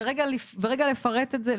ורגע לפרט את זה,